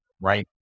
right